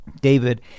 David